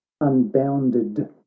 unbounded